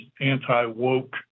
anti-woke